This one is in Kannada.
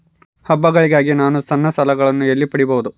ಹಬ್ಬಗಳಿಗಾಗಿ ನಾನು ಸಣ್ಣ ಸಾಲಗಳನ್ನು ಎಲ್ಲಿ ಪಡಿಬಹುದು?